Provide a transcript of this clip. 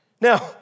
Now